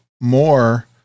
more